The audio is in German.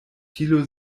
thilo